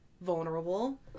vulnerable